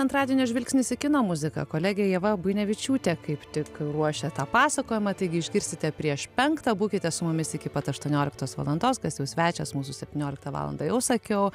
antradienio žvilgsnis į kino muziką kolegė ieva buinevičiūtė kaip tik ruošia tą pasakojimą taigi išgirsite prieš penktą būkite su mumis iki pat aštuonioliktos valandos kas jau svečias mūsų septynioliktą valandą jau sakiau